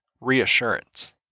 reassurance